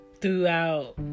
throughout